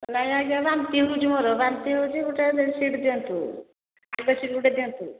ନାଇ ବାନ୍ତି ହେଉଛି ମୋର ବାନ୍ତି ହେଉଛି ଗୋଟେ ବେଡ୍ସିଟ୍ ଦିଅନ୍ତୁ ବେଡ୍ସିଟ୍ ଗୋଟେ ଦିଅନ୍ତୁ